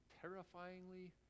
terrifyingly